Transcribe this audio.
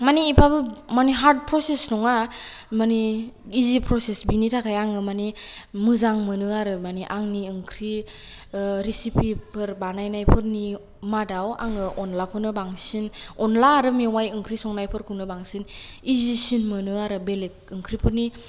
मानि एफाबो मानि हार्द फ्रसेस नङा मानि इजि फ्रेसेस बिनि थाखाय आङो मानि मोजां मोनो आरो मोने आंनि ओंख्रि रेसिफिफोर बानायनायफोरनि मादाव आङो अनलाखौनो बांसिन अनला आरो मेवाइ ओंख्रि संनायफोरखौनो बांसिन इजिसिन मोनो आरो बेलेख ओंख्रिफोरनि